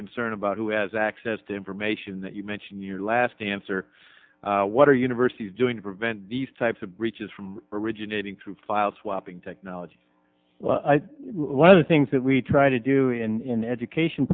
concern about who has access to information that you mention your last answer what are universities doing to prevent these types of breaches from originating through file swapping technology well one of the things that we try to do in education